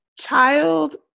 Child